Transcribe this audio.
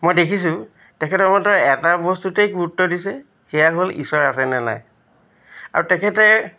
মই দেখিছোঁ তেখেতৰ মাত্ৰ এটা বস্তুতেই গুৰুত্ব দিছে সেয়া হ'ল ঈশ্বৰ আছেনে নাই আৰু তেখেতে